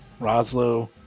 Roslo